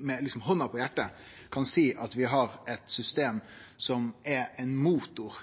med handa på hjartet kan seie at vi har eit system som er ein motor